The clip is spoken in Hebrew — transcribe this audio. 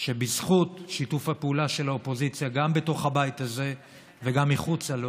שבזכות שיתוף הפעולה של האופוזיציה גם בתוך הבית הזה וגם מחוצה לו